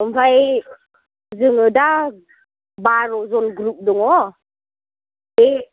ओमफ्राय जोङो दा बार'जोन ग्रुप दङ बे